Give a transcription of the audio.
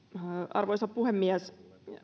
arvoisa puhemies